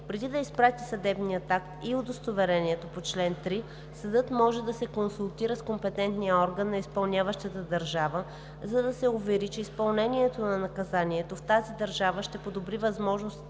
Преди да изпрати съдебния акт и удостоверението по чл. 3 съдът може да се консултира с компетентния орган на изпълняващата държава, за да се увери, че изпълнението на наказанието в тази държава ще подобри възможностите